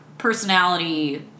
personality